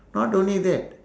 not only that